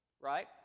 right